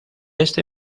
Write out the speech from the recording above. este